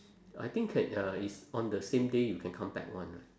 I think can ya it's on the same day you can come back [one] right